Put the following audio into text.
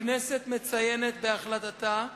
הכנסת מציינת בהחלטתה